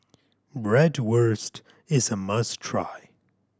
bratwurst is a must try